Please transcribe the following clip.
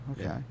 okay